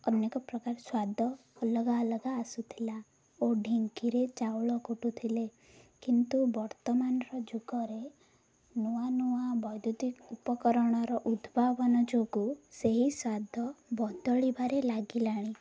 ଅନେକ ପ୍ରକାର ସ୍ୱାଦ ଅଲଗା ଅଲଗା ଆସୁଥିଲା ଓ ଢିଙ୍କିରେ ଚାଉଳ କୁଟୁଥିଲେ କିନ୍ତୁ ବର୍ତ୍ତମାନର ଯୁଗରେ ନୂଆ ନୂଆ ବୈଦ୍ୟୁତିକ ଉପକରଣର ଉଦ୍ଭାବନ ଯୋଗୁଁ ସେହି ସ୍ୱାଦ ବଦଳିବାରେ ଲାଗିଲାଣି